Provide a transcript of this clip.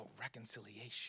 reconciliation